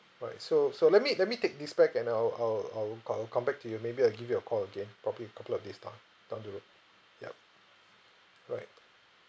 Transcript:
alright so so let me let me take this back and I'll I'll I'll I'll come back to you maybe I'll give you a call again probably in a couple of day's time down the road ya right